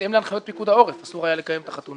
ובהתאם להנחיות פיקוד העורף אסור היה לקיים את החתונה